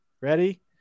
Ready